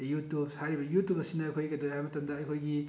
YouTube ꯍꯥꯏꯔꯤꯕ ꯌꯨꯇꯨꯞ ꯑꯁꯤꯅ ꯑꯩꯈꯣꯏꯒꯤ ꯀꯩꯗꯧꯏ ꯍꯥꯏꯕ ꯃꯇꯝꯗ ꯑꯩꯈꯣꯏꯒꯤ